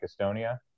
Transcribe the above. Estonia